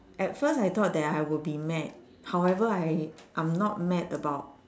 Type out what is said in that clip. at first I thought that I would be mad however I I'm not mad about